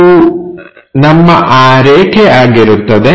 ಇದು ನಮ್ಮ ಆ ರೇಖೆ ಆಗಿರುತ್ತದೆ